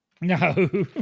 No